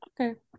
Okay